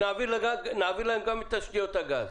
שנעביר להם גם את תשתיות הגז.